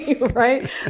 Right